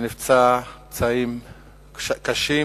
שנפצע פצעים קשים.